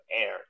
air